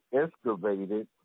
excavated